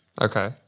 Okay